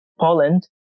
Poland